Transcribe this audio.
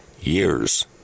Years